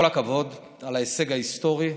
כל הכבוד על ההישג ההיסטורי,